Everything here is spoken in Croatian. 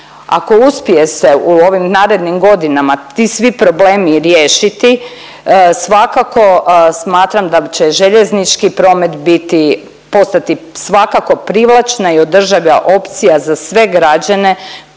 Ako uspije se u ovim narednim godinama ti svi problemi riješiti svakako smatram da će željeznički promet biti postati svakako privlačna i održiva opcija za sve građane